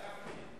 גפני,